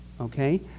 Okay